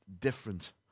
different